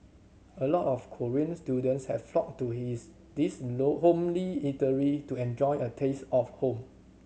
a lot of Korean students have flocked to his this homely eatery to enjoy a taste of home